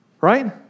right